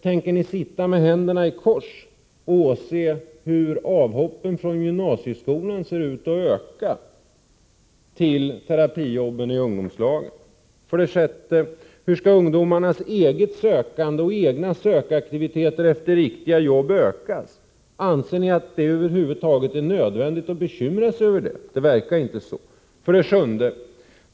Tänker ni sitta med armarna i kors och åse att avhoppen från gymnasieskolan till terapijobben i ungdomslagen ser ut att öka? 6. Hur skall ungdomarnas eget sökande efter riktiga jobb ökas? Anser ni över huvud taget att det är nödvändigt att bekymra sig över det? Det verkar ju inte så. 7.